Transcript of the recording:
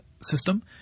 system